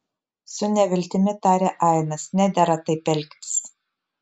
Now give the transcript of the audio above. su neviltimi tarė ainas nedera taip elgtis